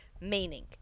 meaning